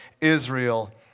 Israel